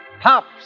Pops